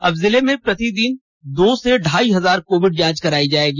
अब जिले में प्रतिदिन दो से ढाई हजार कोविड जाँच करायी जायेगी